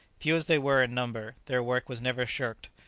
few as they were in number, their work was never shirked,